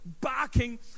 barking